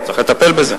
צריך לטפל בזה.